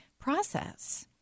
process